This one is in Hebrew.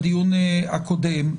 בדיון הקודם.